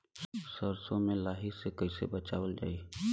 सरसो में लाही से कईसे बचावल जाई?